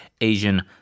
Asian